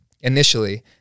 initially